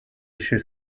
issue